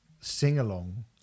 sing-along